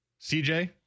CJ